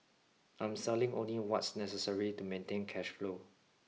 I'm selling only what's necessary to maintain cash flow